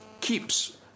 keeps